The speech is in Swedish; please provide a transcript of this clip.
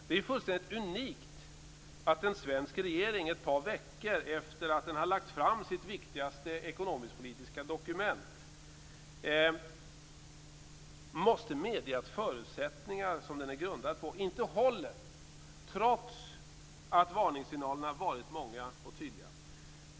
Det är fullständigt unikt att en svensk regering ett par veckor efter att den lagt fram sitt viktigaste ekonomiskpolitiska dokument måste medge att de förutsättningar som den är grundad på inte håller, trots att varningssignalerna varit många och tydliga.